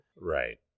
right